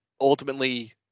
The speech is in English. ultimately